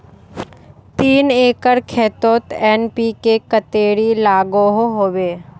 तीन एकर खेतोत एन.पी.के कतेरी लागोहो होबे?